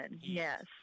Yes